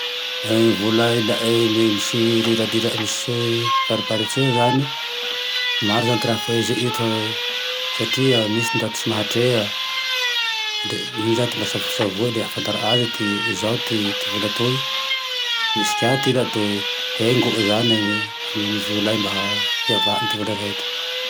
I vola ilae, misy riradrirany misy fariparitse igny io zane, maro zane ty raha fehezy ito satria misy tsy ndaty ts maha trea, de mba iny zane ty mba safosafoe, le ahafantara aze hoe hoy ty zao ty vola toy. Misy ka ilày hengoy zane ny amy volaay mba hiavahane amy ty vola rehetra.